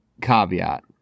caveat